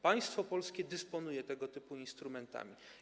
Państwo polskie dysponuje tego typu instrumentami.